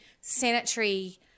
sanitary